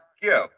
give